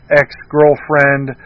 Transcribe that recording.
ex-girlfriend